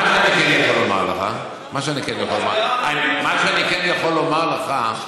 מה שאני כן יכול לומר לך,